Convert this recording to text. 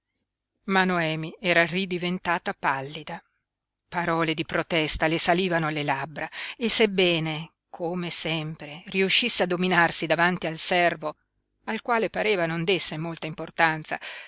ma noemi era ridiventata pallida parole di protesta le salivano alle labbra e sebbene come sempre riuscisse a dominarsi davanti al servo al quale pareva non desse molta importanza